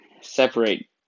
separate